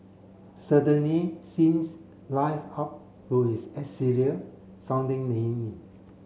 certainly seems live up to its elixir sounding name